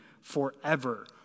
forever